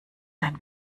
sein